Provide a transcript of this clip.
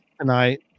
tonight